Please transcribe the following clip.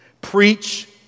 preach